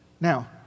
now